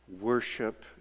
worship